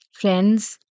Friends